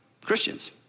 Christians